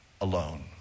alone